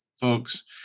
folks